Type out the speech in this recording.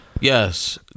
Yes